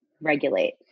regulate